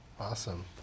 Awesome